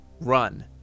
run